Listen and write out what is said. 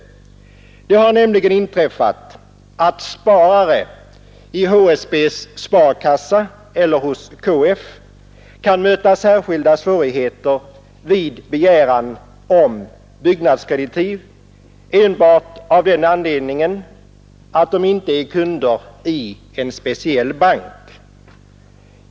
Det har nämligen inträffat i inte obetydlig utsträckning att sparare i HSB:s sparkassa eller hos KF har mött särskilda svårigheter vid begäran om byggnadskreditiv enbart av den anledningen att de inte är kunder i en speciell bank.